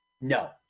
No